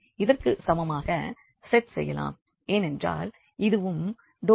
இதற்கு சமமாக செட் செய்யலாம் ஏனென்றால் இதுவும் ∂v∂x